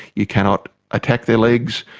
you cannot attack their legs,